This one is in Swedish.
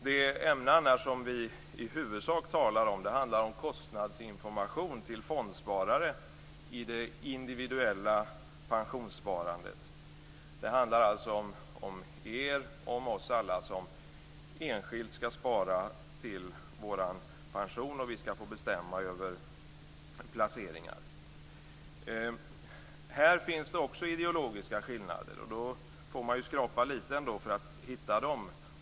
Det ämne vi i huvudsak talar om gäller kostnadsinformation till fondsparare i det individuella pensionssparandet. Det handlar om oss alla som enskilt skall spara till vår pension och om vi skall få bestämma över placeringar. Här finns också ideologiska skillnader. Man får skrapa lite för att hitta dem.